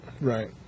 Right